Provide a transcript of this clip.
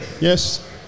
Yes